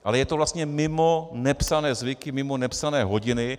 Ale je to vlastně mimo nepsané zvyky, mimo nepsané hodiny.